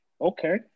Okay